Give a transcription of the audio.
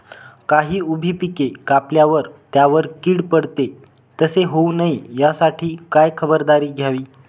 काही उभी पिके कापल्यावर त्यावर कीड पडते, तसे होऊ नये यासाठी काय खबरदारी घ्यावी?